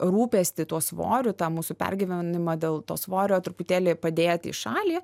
rūpestį tuo svoriu tą mūsų pergyvenimą dėl to svorio truputėlį padėti į šalį